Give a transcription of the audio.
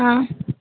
ஆ